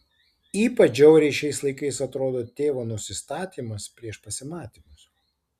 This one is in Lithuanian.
ypač žiauriai šiais laikais atrodo tėvo nusistatymas prieš pasimatymus